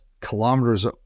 kilometers